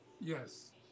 Yes